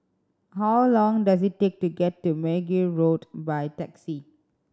how long does it take to get to Mergui Road by taxi